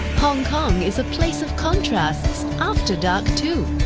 hong kong is a place of contrasts after dark too.